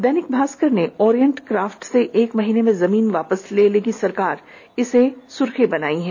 दैनिक भास्कर ने Orient Craft से एक महीने में जमीन वापस लेगी सरकार खबर को अपनी सुर्खी बनाई है